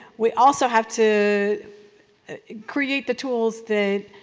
we also have to create the tools that